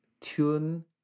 tune